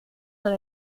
dans